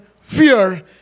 Fear